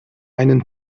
einen